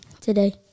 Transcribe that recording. today